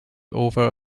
over